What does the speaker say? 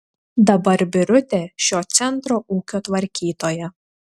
dabar birutė šio centro ūkio tvarkytoja